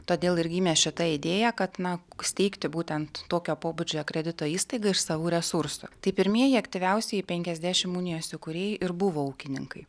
todėl ir gimė šita idėja kad na steigti būtent tokio pobūdžio kredito įstaigą iš savų resursų tai pirmieji aktyviausieji penkiasdešim unijos įkūrėjai ir buvo ūkininkai